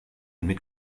mit